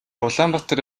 улаанбаатар